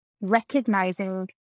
recognizing